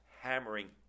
hammering